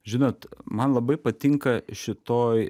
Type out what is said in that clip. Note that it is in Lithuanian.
žinot man labai patinka šitoj